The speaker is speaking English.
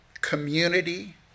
community